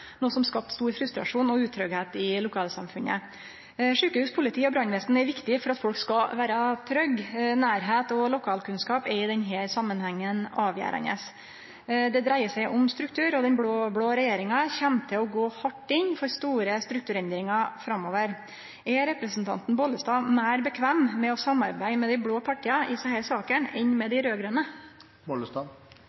noko som skapte stor frustrasjon og utryggleik i lokalsamfunnet. Sjukehus, politi og brannvesen er viktig for at folk skal vere trygge. Nærleik og lokalkunnskap er i denne samanhengen avgjerande. Det dreier seg om struktur, og den blå-blå regjeringa kjem til å gå hardt inn for store strukturendringar framover. Er representanten Bollestad meir komfortabel med å samarbeide med dei blå partia i desse sakene enn med